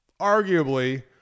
arguably